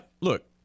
look